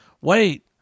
Wait